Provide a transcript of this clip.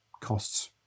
costs